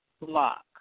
lock